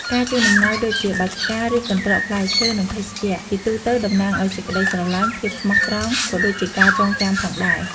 ការជូនអំណោយដូចជាបាច់ផ្កា ឬ កន្ត្រកផ្លែឈើ និងភេសជ្ជៈ ជាទូទៅតំណាងឱ្យសេចក្ដីស្រឡាញ់ ភាពស្មោះត្រង់ ក៏ដូចជាការចងចាំផងដែរ។